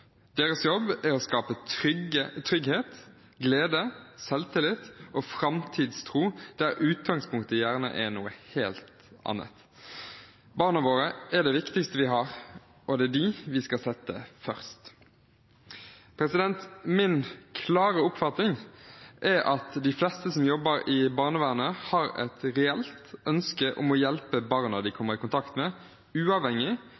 Deres jobb er å skape trygghet, glede, selvtillit og framtidstro der utgangspunktet gjerne er noe helt annet. Barna våre er det viktigste vi har, og det er dem vi skal sette først. Min klare oppfatning er at de fleste som jobber i barnevernet, har et reelt ønske om å hjelpe barna de kommer i kontakt med, uavhengig